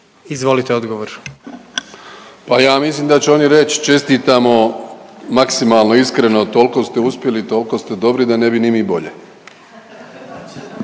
Andrej (HDZ)** Pa ja mislim da će oni reći, čestitamo maksimalno iskreno, toliko ste uspjeli, toliko ste dobri da ne bi ni mi bolje.